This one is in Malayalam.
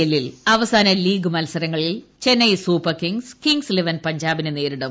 എല്ലിൽ അവസാന ലീഗ് മത്സരങ്ങളിൽ Chennai super kings kings eleven പഞ്ചാബിനെ നേരിടും